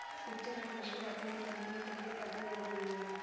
Switzerland ವಿಶ್ವದ ಅತ್ಯಂತ ಜನಪ್ರಿಯ ತೆರಿಗೆ ಸ್ವರ್ಗಗಳೊಳಗ ಒಂದಾಗ್ಯದ